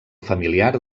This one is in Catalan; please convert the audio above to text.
familiar